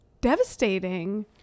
Devastating